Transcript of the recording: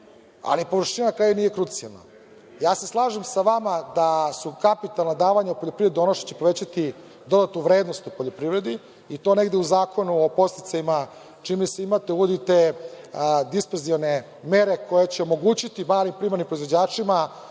ali površina koja nije krucijalna. Ja se slažem sa vama da su kapitalna davanja u poljoprivredi ono što će povećati dodatnu vrednost u poljoprivredi i to negde u Zakonu o podsticajima čini mi se imate, uvodite mere koje će omogućiti malim primarnim proizvođačima